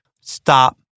stop